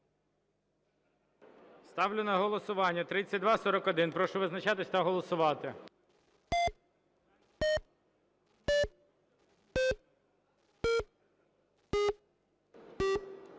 Ставлю на голосування правка 3248. Прошу визначатись та голосувати.